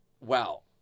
wow